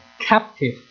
captive